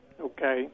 Okay